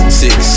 six